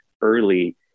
early